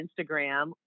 Instagram